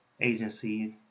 agencies